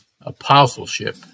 Apostleship